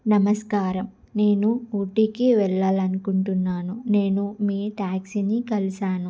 నమస్కారం నేను ఊటీకి వెళ్ళాలనుకుంటున్నాను నేను మీ ట్యాక్సీని కలిసాను